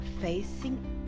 facing